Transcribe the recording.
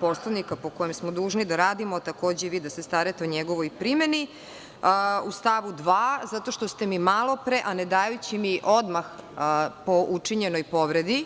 Poslovnika, po kojem smo dužni da radimo, a takođe i vi da se starate o njegovoj primeni, u stavu 2, zato što ste mi malopre, a ne dajući mi odmah po učinjenoj povredi